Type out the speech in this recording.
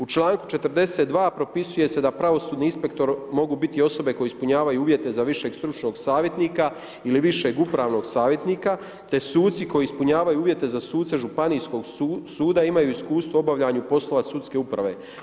U čl. 42. propisuje se da pravosudni inspektor mogu biti osobe koje ispunjavaju uvjete za višeg stručnog savjetnika ili višeg upravnog savjetnika, te suci koji ispunjavaju uvjete za suce županijskog suda imaju iskustva u obavljanju poslova sudske uprave.